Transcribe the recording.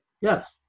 Yes